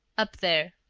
up there,